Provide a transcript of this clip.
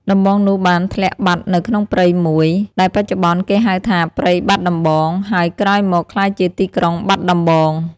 ដំបងនោះបានធ្លាក់បាត់នៅក្នុងព្រៃមួយ ដែលបច្ចុប្បន្នគេហៅថា ព្រៃបាត់ដំបង ហើយក្រោយមកក្លាយជាទីក្រុង បាត់ដំបង ។